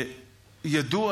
ידוע